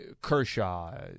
Kershaw